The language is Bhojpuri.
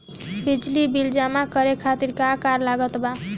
बिजली बिल जमा करे खातिर का का लागत बा?